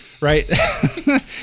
right